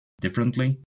differently